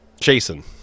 Jason